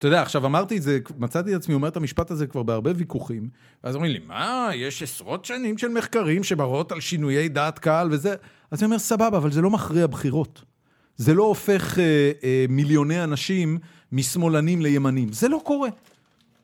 אתה יודע, עכשיו אמרתי את זה, מצאתי את עצמי, אומר את המשפט הזה כבר בהרבה ויכוחים, ואז אומרים לי, מה? יש עשרות שנים של מחקרים שמראות על שינויי דעת קהל וזה... אז אני אומר, סבבה, אבל זה לא מכריע בחירות. זה לא הופך מיליוני אנשים משמאלנים לימנים. זה לא קורה.